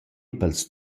pels